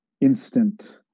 instant